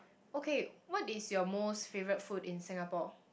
okay what is your most favourite food in Singapore